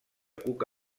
cuc